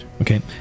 Okay